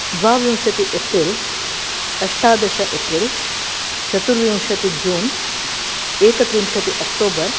द्वाविंशतिः एप्रिल् अष्टादश एप्रिल् चतुर्विंशतिः जून् एकत्रिंशत् अक्टोबर्